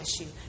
issue